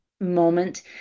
moment